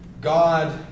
God